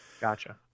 gotcha